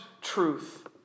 truth